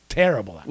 terrible